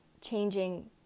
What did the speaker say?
changing